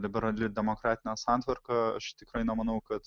liberali demokratinė santvarka aš tikrai nemanau kad